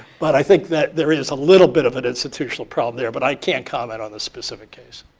but i think that there is a little bit of an institutional problem there, but i can't comment on the specific case.